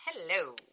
Hello